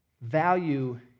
value